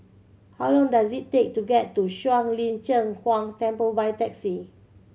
how long does it take to get to Shuang Lin Cheng Huang Temple by taxi